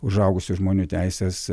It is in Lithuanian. užaugusių žmonių teises